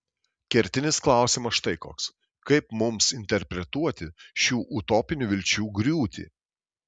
kertinis klausimas štai koks kaip mums interpretuoti šių utopinių vilčių griūtį